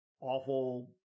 awful